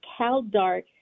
CalDart